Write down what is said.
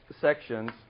sections